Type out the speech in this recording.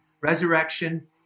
resurrection